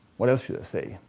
what else shoud i say?